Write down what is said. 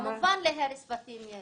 כמובן להרס בתים יש